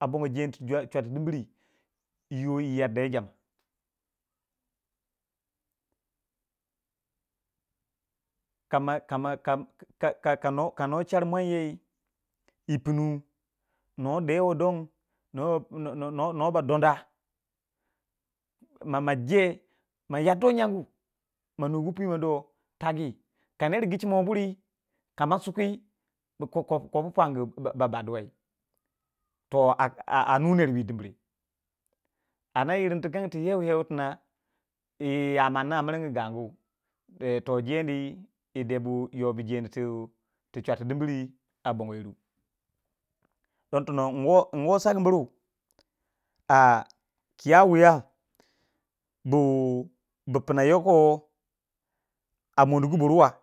A bongo jeni to chwati dimiri yii yoh yi yada yi jama ka ma ka ma ka ku ka nwo ka numa shar mwan yai yi pinu nwa dewo don nuwa ba donda ma je ma yadduwe janyu mma nugu pui ma do tagi ka ner gicimuwei ka ma suki ko ko kobo pwange baba ba duwei toh a a nu ner wu yi dimre anda yirringi tikangi ti yeu yeu tina yii ya manni a miringu gangu toh jeni yidebu yoh bu jem tu shwati dimri a bongo yirru don tono nwo sagu buri a kiya wiya bu fina a monugu burwa